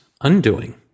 undoing